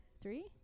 three